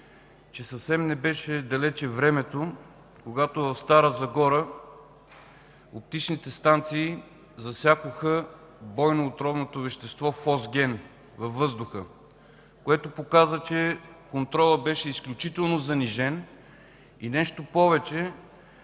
че съвсем не беше далече времето, когато в Стара Загора оптичните станции засякоха бойното отровно вещество фосген във въздуха, което показа, че контролът беше изключително занижен. Нещо повече,